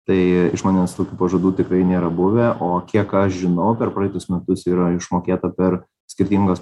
tai iš manęs tokių pažadų tikrai nėra buvę o kiek aš žinau per praeitus metus yra išmokėta per skirtingas